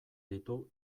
ditu